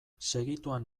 segituan